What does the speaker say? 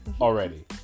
already